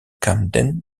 camden